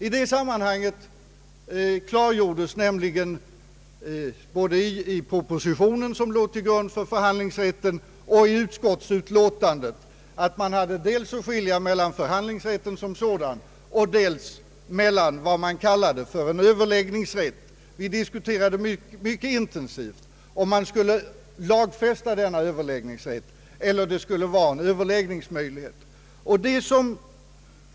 I det sammanhanget klargjordes nämligen både i propositionen, som låg till grund för förslaget om förhandlingsrätt, och i utskottsutlåtandet att man hade att skilja mellan å ena sidan förhandlingsrätten som sådan och å andra sidan vad som kallades en överläggningsrätt. Vi diskuterade mycket intensivt om man skulle lagfästa en öÖöverläggningsrätt eller om det endast skulle vara en överläggningsmöjlighet.